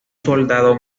soldado